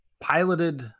piloted